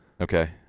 Okay